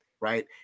right